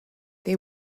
they